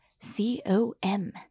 c-o-m